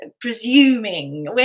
presuming